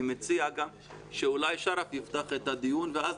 אני מציע שאולי שרף חסאן יפתח את הדיון ואחר כך